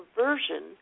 version